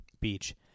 Beach